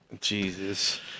Jesus